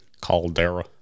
Caldera